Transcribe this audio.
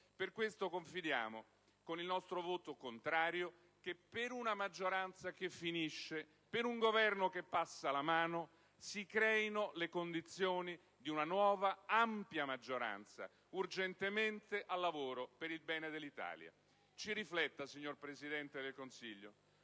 Per questo confidiamo, con il nostro voto contrario, che per una maggioranza che finisce, per un Governo che passa la mano, si creino le condizioni di una nuova, ampia maggioranza, urgentemente al lavoro per il bene dell'Italia. Ci rifletta, signor Presidente del Consiglio.